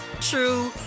true